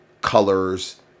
colors